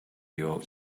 york